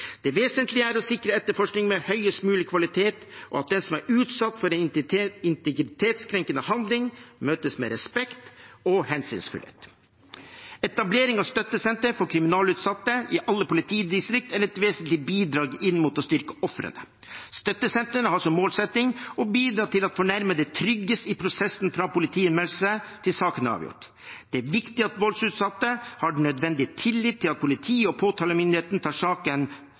Det vesentlige er å sikre etterforskning med høyest mulig kvalitet, og at den som er utsatt for en integritetskrenkende handling, møtes med respekt og hensynsfullhet. Etablering av støttesenter for kriminalitetsutsatte i alle politidistrikt er et vesentlig bidrag inn mot å styrke ofrene. Støttesentrene har som målsetting å bidra til at fornærmede trygges i prosessen fra politianmeldelse til saken er avgjort. Det er viktig at voldsutsatte har den nødvendige tillit til at politiet og påtalemyndigheten tar saken